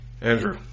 Andrew